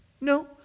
No